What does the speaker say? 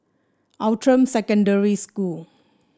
Outram Secondary School